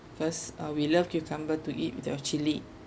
first uh we love cucumber to eat with your chilli